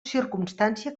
circumstància